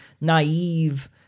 naive